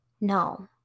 no